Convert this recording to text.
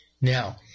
Now